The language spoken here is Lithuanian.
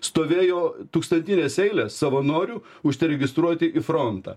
stovėjo tūkstantinės eilės savanorių užsiregistruoti į frontą